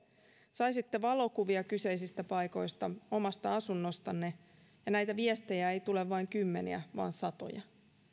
saisitte valokuvia kyseisistä paikoista omasta asunnostanne ja näitä viestejä ei tule vain kymmeniä vaan satoja